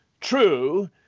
true